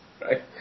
right